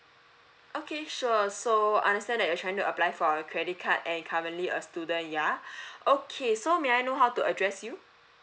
okay sure so I understand that you're trying to apply for a credit card and currently a student ya okay so may I know how to address you